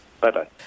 Bye-bye